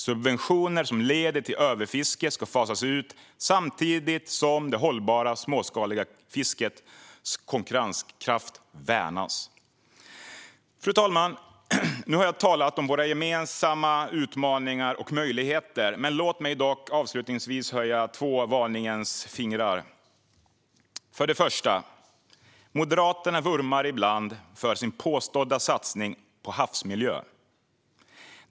Subventioner som leder till överfiske ska fasas ut samtidigt som det hållbara småskaliga fiskets konkurrenskraft värnas. Fru talman! Nu har jag talat om våra gemensamma utmaningar och möjligheter, men låt mig avslutningsvis höja två varningens fingrar. Det första gäller detta: Moderaterna talar ibland om sin påstådda satsning på havsmiljö.